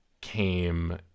came